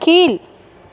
கீழ்